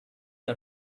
are